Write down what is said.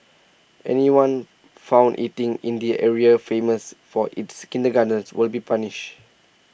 anyone found eating in the area famous for its kindergartens will be punished